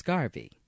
Garvey